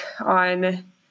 on